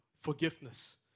forgiveness